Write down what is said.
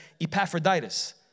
Epaphroditus